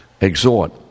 Exhort